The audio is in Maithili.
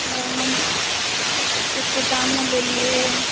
ओ हम एतेक दामो लेलिए